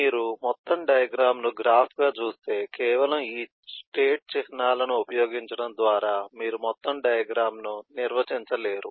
మీరు మొత్తం డయాగ్రమ్ ను గ్రాఫ్గా చూస్తే కేవలం ఈ స్టేట్ చిహ్నాలను ఉపయోగించడం ద్వారా మీరు మొత్తం డయాగ్రమ్ ను నిర్వచించలేరు